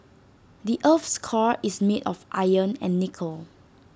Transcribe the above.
the Earth's core is made of iron and nickel